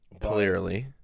Clearly